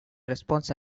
response